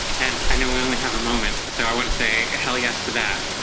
and i know we only have a moment so i want to say a hell yes to that